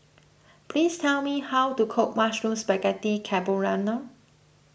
please tell me how to cook Mushroom Spaghetti Carbonara